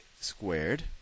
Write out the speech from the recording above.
squared